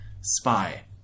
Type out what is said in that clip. spy